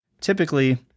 typically